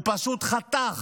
הוא פשוט חתך